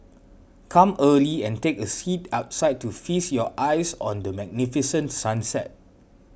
come early and take a seat outside to feast your eyes on the magnificent sunset